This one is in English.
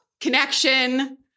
connection